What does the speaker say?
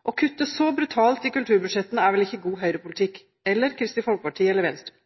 Å kutte så brutalt i kulturbudsjettene er vel ikke god Høyre-politikk, Kristelig Folkeparti-politikk eller Venstre-politikk?